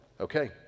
okay